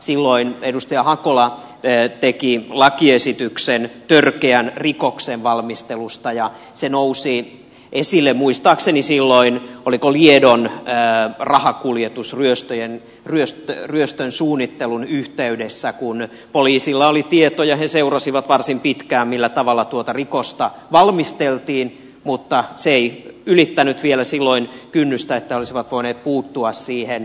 silloin edustaja hakola teki lakiesityksen törkeän rikoksen valmistelusta ja se nousi esille muistaakseni silloin oliko liedon rahakuljetusryöstön suunnittelun yhteydessä kun poliisilla oli tietoja ja he seurasivat varsin pitkään millä tavalla tuota rikosta valmisteltiin mutta se ei ylittänyt vielä silloin sitä kynnystä että olisivat voineet puuttua siihen